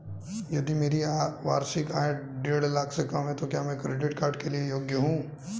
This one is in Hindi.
यदि मेरी वार्षिक आय देढ़ लाख से कम है तो क्या मैं क्रेडिट कार्ड के लिए योग्य हूँ?